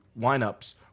lineups